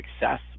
success